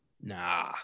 Nah